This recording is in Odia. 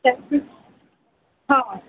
ହଁ